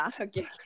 okay